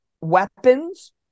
weapons